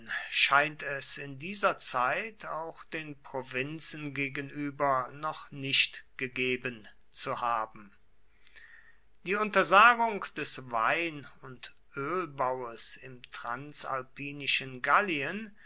scheint es in dieser zeit auch den provinzen gegenüber noch nicht gegeben zu haben die untersagung des wein und ölbaues im transalpinischen gallien